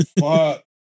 fuck